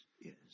yes